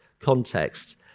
context